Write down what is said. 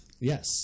Yes